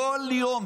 כל יום.